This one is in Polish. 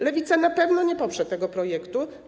Lewica na pewno nie poprze tego projektu.